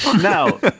Now